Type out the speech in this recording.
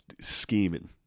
scheming